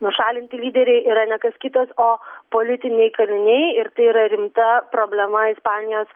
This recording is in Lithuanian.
nušalinti lyderiai yra ne kas kitas o politiniai kaliniai ir tai yra rimta problema ispanijos